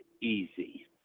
easy